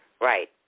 Right